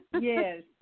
Yes